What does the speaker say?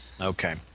Okay